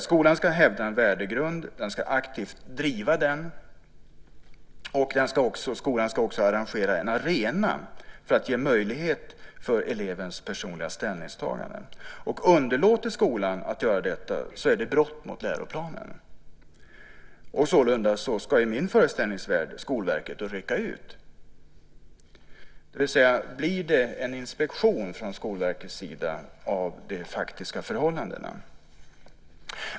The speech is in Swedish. Skolan ska hävda en värdegrund, den ska aktivt driva den, och skolan ska också arrangera en arena för att ge möjlighet för elevens personliga ställningstagande. Om skolan underlåter att göra detta är det ett brott mot läroplanen. I min föreställningsvärld ska då Skolverket rycka ut. Blir det en inspektion från Skolverkets sida av de faktiska förhållandena?